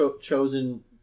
chosen